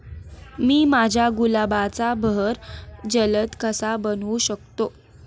मी माझ्या गुलाबाचा बहर जलद कसा बनवू शकतो?